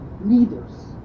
leaders